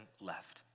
left